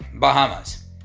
Bahamas